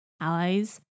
allies